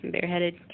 bareheaded